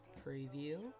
Preview